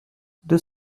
deux